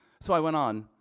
so i went on,